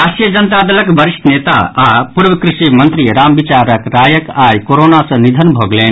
राष्ट्रीय जनता दलक वरिष्ठ नेता आ पूर्व कृषि मंत्री रामविचार रायक आई कोरोना सॅ निधन भऽ गेलनि